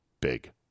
big